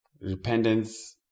repentance